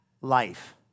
life